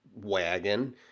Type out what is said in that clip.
wagon